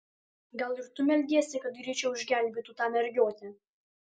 gal ir tu meldiesi kad greičiau išgelbėtų tą mergiotę